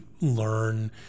learn